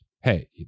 hey